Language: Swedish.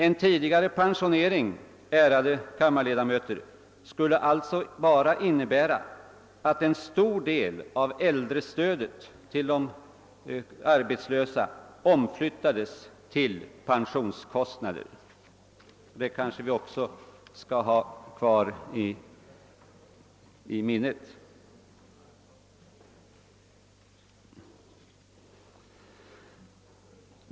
En tidigare pensionering, ärade kammarledamöter, skulle alltså bara innebära att en stor del av äldrestödet till de arbetslösa omflyttades till pensionskostnader — det kanske vi bör hålla i minnet.